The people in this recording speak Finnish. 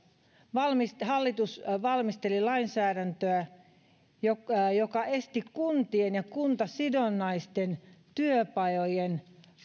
hallitus valmisteli lainsäädäntöä joka olisi estänyt kunnallisten ja kuntasidonnaisten työpajojen